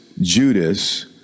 Judas